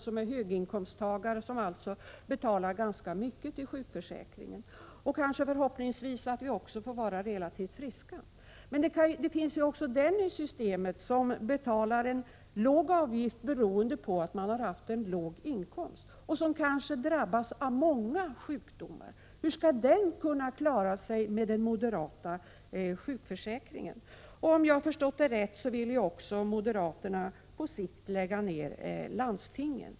Vi är höginkomsttagare och betalar ganska mycket till sjukförsäkringen, och förhoppningsvis får vi också vara relativt friska. Men i systemet finns även personer som betalar en låg avgift på grund av att de har låg inkomst och som kanske drabbas av många sjukdomar. Hur skall dessa människor kunna klara sig med en sjukförsäkring av moderaternas modell? Om jag har förstått saken rätt vill moderaterna också på sikt lägga ned landstingen.